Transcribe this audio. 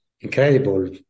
incredible